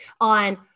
on